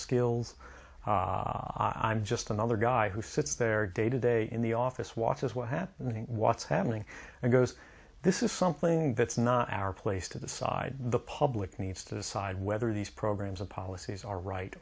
skills i'm just another guy who sits there day to day in the office watches what happening what's happening and goes this is something that's not our place to the side the public needs to decide whether these programs and policies are right